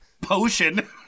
Potion